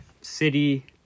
city